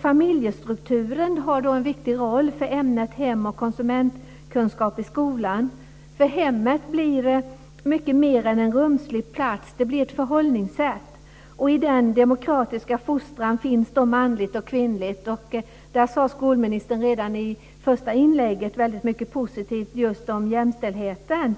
Familjestrukturen har en viktig roll för ämnet hem och konsumentkunskap i skolan. Hemmet blir mycket mer än en rumslig plats; det blir ett förhållningssätt. I den demokratiska fostran finns manligt och kvinnligt. Skolministern sade redan i sitt första inlägg väldigt mycket positivt om just jämställdheten.